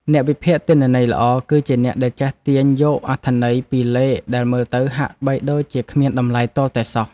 អ្នកវិភាគទិន្នន័យល្អ គឺជាអ្នកដែលចេះទាញយកអត្ថន័យពីលេខដែលមើលទៅហាក់បីដូចជាគ្មានតម្លៃទាល់តែសោះ។